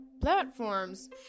platforms